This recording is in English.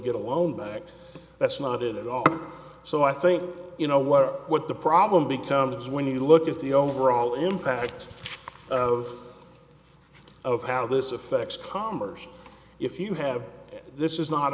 get a loan back that's not it at all so i think you know what what the problem becomes when you look at the overall impact of of how this affects commerce if you have this is not